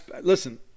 listen